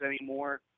anymore